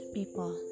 People